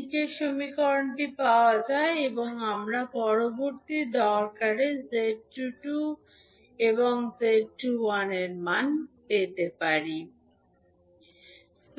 এখন আপনার পরবর্তী দরকারটি